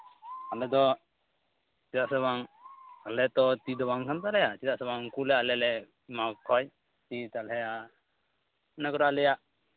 ᱟᱞᱮ ᱫᱚ ᱪᱮᱫᱟᱜ ᱥᱮ ᱵᱟᱝ ᱟᱞᱮ ᱫᱚ ᱛᱤ ᱫᱚ ᱵᱟᱝ ᱠᱟᱱ ᱛᱟᱞᱮᱭᱟ ᱪᱮᱫᱟᱜ ᱥᱮ ᱵᱟᱝ ᱩᱱᱠᱩ ᱞᱮ ᱟᱞᱮ ᱞᱮ ᱮᱢᱟᱣᱟᱠᱚ ᱠᱷᱟᱱ ᱛᱟᱦᱚᱞᱮ ᱤᱱᱟᱹ ᱠᱚᱫᱚ ᱟᱞᱮᱭᱟᱜ